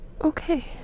Okay